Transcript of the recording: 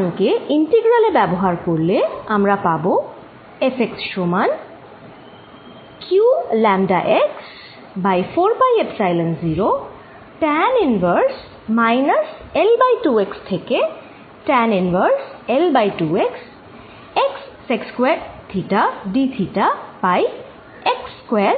এই মান কে ইন্টিগ্রাল এ ব্যবহার করলে আমরা পাব Fx সমান qλx by 4 pi epsilon 0 tan inverse minus L2x থেকে tan ইনভার্স L2x x secস্কয়ার theta d theta by x square